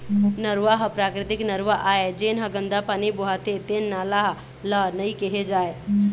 नरूवा ह प्राकृतिक नरूवा आय, जेन ह गंदा पानी बोहाथे तेन नाला ल नइ केहे जाए